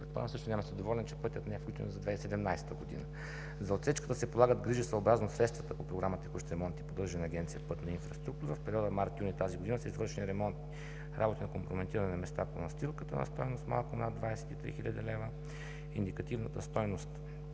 също няма да сте доволен, че пътят не е включен за 2017 г. За отсечката се полагат грижи съобразно средствата по Програмата „Текущи ремонти“ и поддържане на Агенция „Пътна инфраструктура“. В периода март – юни тази година са извършени ремонтни работи на компрометирани места по настилката на стойност малко над 23 хил. лв. Индикативната стойност